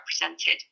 represented